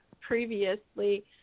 previously